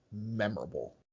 memorable